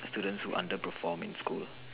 students who under perform in school